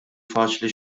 faċli